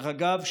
דרך אגב,